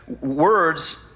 words